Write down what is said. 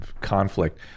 conflict